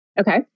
Okay